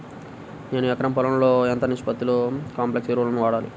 నేను ఎకరం పొలంలో ఎంత నిష్పత్తిలో కాంప్లెక్స్ ఎరువులను వాడాలి?